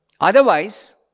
Otherwise